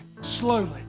slowly